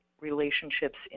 relationships